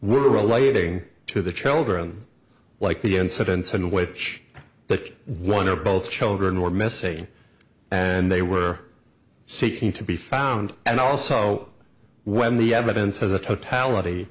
were relating to the children like the incidents in which the one or both children were missing and they were seeking to be found and also when the evidence has a total